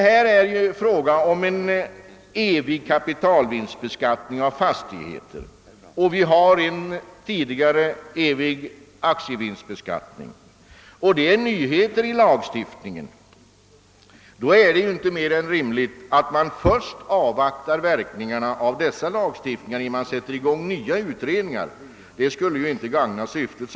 Här är det fråga om en evig kapitalvinstbeskattning av fastigheter; vi har tidigare en evig aktievinstbeskattning. Det är nyheten i lagstiftningen. Då är det inte mer än rimligt att man först avvaktar verkningarna av dessa lagstiftningar innan man sätter i gång nya utredningar; motsatsen skulle inte gagna syftet.